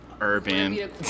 Urban